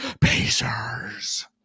Pacers